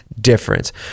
difference